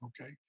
okay